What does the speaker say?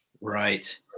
Right